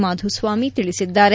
ಮಾಧುಸ್ವಾಮಿ ತಿಳಿಸಿದ್ದಾರೆ